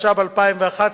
התשע"ב 2011,